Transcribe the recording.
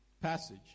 passage